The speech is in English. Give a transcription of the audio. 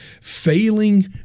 failing